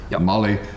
Molly